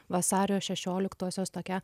vasario šešioliktosios tokia